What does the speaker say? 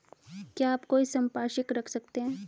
क्या आप कोई संपार्श्विक रख सकते हैं?